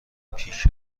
پیش